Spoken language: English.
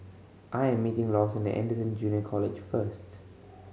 I am meeting Lawson at Anderson Junior College first